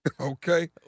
Okay